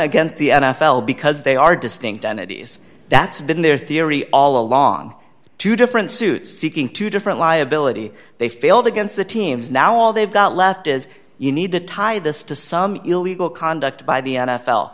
against the n f l because they are distinct entities that's been their theory all along two different suit seeking two different liability they failed against the teams now all they've got left is you need to tie this to some illegal conduct by the n